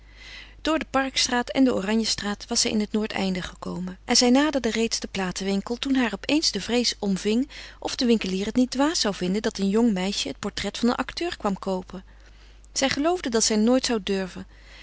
door de parkstraat en de oranjestraat was zij in het noordeinde gekomen en zij naderde reeds den platenwinkel toen haar op eens de vrees omving of de winkelier het niet dwaas zou vinden dat een jong meisje het portret van een acteur kwam koopen zij geloofde dat zij nooit zou durven